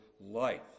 life